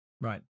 right